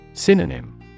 Synonym